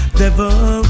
devil